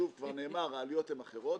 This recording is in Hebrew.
כבר נאמר, העלויות הן אחרות.